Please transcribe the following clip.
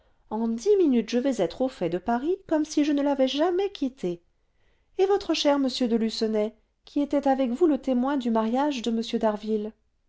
en dix minutes je vais être au fait de paris comme si je ne l'avais jamais quitté et votre cher m de lucenay qui était avec vous le témoin du mariage de